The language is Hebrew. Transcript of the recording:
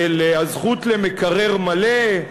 של הזכות למקרר מלא,